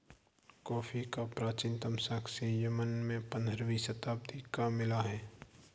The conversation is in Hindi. कॉफी का प्राचीनतम साक्ष्य यमन में पंद्रहवी शताब्दी का मिला है